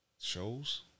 Shows